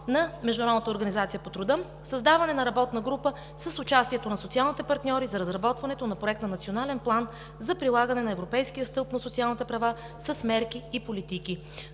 на Международната организация по труда; създаване на работна група с участието на социалните партньори за разработването на Проект на национален план за прилагане на Европейския стълб на социалните права с мерки и политики.